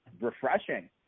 refreshing